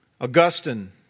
Augustine